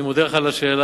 אני מודה לך על השאלה.